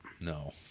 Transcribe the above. No